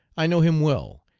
i know him well,